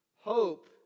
Hope